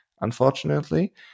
unfortunately